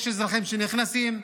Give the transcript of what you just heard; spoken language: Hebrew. יש אזרחים שנכנסים,